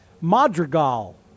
Madrigal